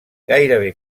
gairebé